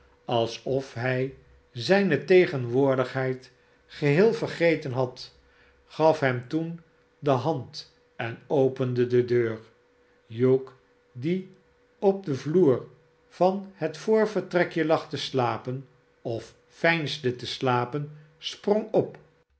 alsof hij zijne tegenwoordigheid geheel vergeten had gaf hem toen de hand en opende de deur hugh die op den vloer van het voorvertrekje lag te slapen of veinsde te slapen sprong op